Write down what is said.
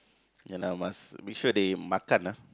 ya lah must be sure they makan ah